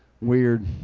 Weird